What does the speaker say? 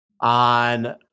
on